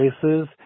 places